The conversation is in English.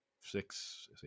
six